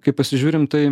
kai pasižiūrim tai